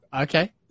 Okay